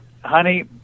honey